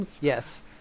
Yes